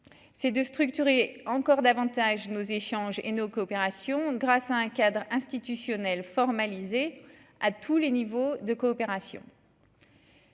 ces 2 structurer encore davantage nos échanges et nos coopérations grâce à un cadre institutionnel formalisé à tous les niveaux de coopération.